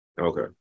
Okay